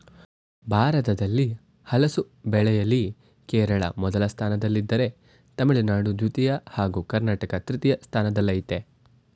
ಭಾರತದಲ್ಲಿ ಹಲಸು ಬೆಳೆಯಲ್ಲಿ ಕೇರಳ ಮೊದಲ ಸ್ಥಾನದಲ್ಲಿದ್ದರೆ ತಮಿಳುನಾಡು ದ್ವಿತೀಯ ಹಾಗೂ ಕರ್ನಾಟಕ ತೃತೀಯ ಸ್ಥಾನದಲ್ಲಯ್ತೆ